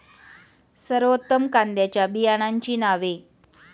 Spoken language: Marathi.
सर्वोत्तम कांद्यांच्या बियाण्यांची नावे?